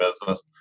business